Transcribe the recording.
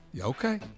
Okay